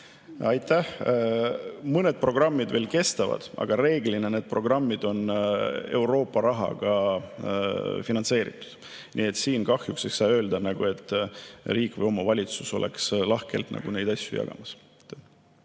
Aitäh! Mõned programmid veel kestavad, aga reeglina need programmid on Euroopa rahaga finantseeritud. Siin kahjuks ei saa öelda, et riik või omavalitsus oleks lahkelt neid asju jagamas.